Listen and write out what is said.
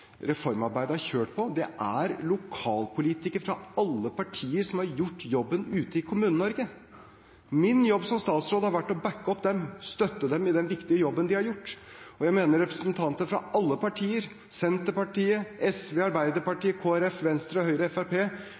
reformarbeidet er utført på. Det er lokalpolitikere fra alle partier som har gjort jobben ute i Kommune-Norge. Min jobb som statsråd har vært å bakke dem opp, å støtte dem i den viktige jobben de har gjort. Jeg mener representanter fra alle partier – Senterpartiet, SV, Arbeiderpartiet, Kristelig Folkeparti, Venstre, Høyre og